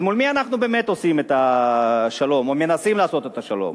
אז מול מי אנחנו באמת עושים את השלום או מנסים לעשות את השלום?